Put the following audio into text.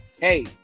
hey